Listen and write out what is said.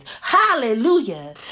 Hallelujah